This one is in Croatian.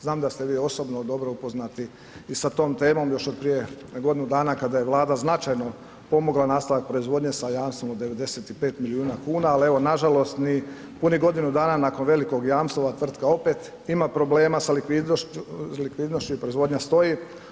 Znam da ste vi osobno dobro upoznati i sa tom temom još otprije godinu dana kada je Vlada značajno pomogla nastavak proizvodnje sa jamstvom od 95 milijuna kuna ali evo nažalost ni punih godinu dana nakon velikog jamstva tvrtka opet ima problema sa likvidnošću i proizvodnja stoji.